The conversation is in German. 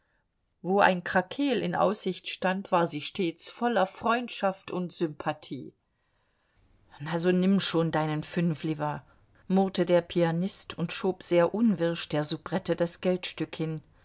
wo ein krakeel in aussicht stand war sie stets voller freundschaft und sympathie na so nimm schon deinen fünfliver murrte der pianist und schob sehr unwirsch der soubrette das geldstück hin